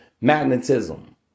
magnetism